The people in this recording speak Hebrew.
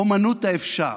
אומנות האפשר.